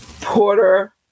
Porter